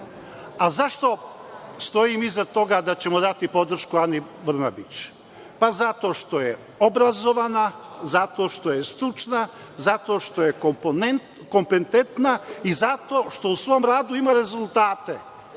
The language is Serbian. Zašto stojim iza toga da ćemo dati podršku Ani Brnabić? Pa zato što je obrazovana, zato što je stručna, zato što je kompetentna i zato što u svom radu ima rezultate.